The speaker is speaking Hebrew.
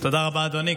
תודה רבה, אדוני.